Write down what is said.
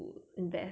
mmhmm